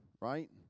right